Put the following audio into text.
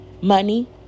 money